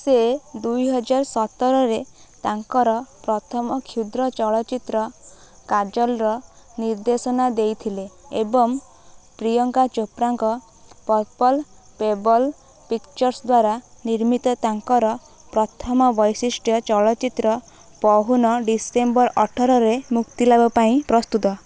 ସେ ଦୁଇହାଜର ସତରରେ ତାଙ୍କର ପ୍ରଥମ କ୍ଷୁଦ୍ର ଚଳଚ୍ଚିତ୍ର କାଜଲ୍ର ନିର୍ଦ୍ଦେଶନା ଦେଇଥିଲେ ଏବଂ ପ୍ରିୟଙ୍କା ଚୋପ୍ରାଙ୍କ ପର୍ପଲ୍ ପେବଲ୍ ପିକ୍ଚର୍ସ ଦ୍ୱାରା ନିର୍ମିତ ତାଙ୍କର ପ୍ରଥମ ବୈଶିଷ୍ଟ୍ୟ ଚଳଚ୍ଚିତ୍ର ପହୁନା ଡ଼ିସେମ୍ବର ଅଠରରେ ମୁକ୍ତିଲାଭ ପାଇଁ ପ୍ରସ୍ତୁତ